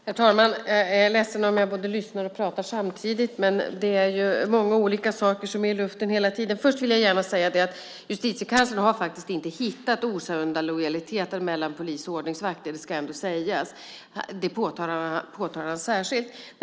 Herr talman! Jag är ledsen om jag både lyssnar och pratar samtidigt. Det är många olika saker som är i luften hela tiden. Först vill jag gärna säga att Justitiekanslern faktiskt inte har hittat osunda lojaliteter mellan polis och ordningsvakter. Det ska ändå sägas. Det påtalar han särskilt.